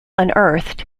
unearthed